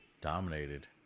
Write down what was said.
Dominated